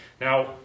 Now